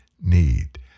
need